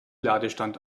ladestand